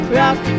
rock